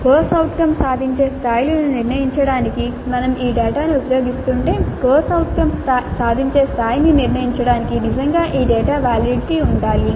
CO సాధించే స్థాయిలను నిర్ణయించడానికి మేము ఈ డేటాను ఉపయోగిస్తుంటే CO సాధించే స్థాయిని నిర్ణయించడానికి నిజంగా ఈ డేటా వాలిడిటీ ఉండాలి